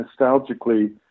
nostalgically